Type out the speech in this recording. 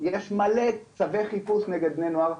יש המון צווי חיפוש נגד בני נוער.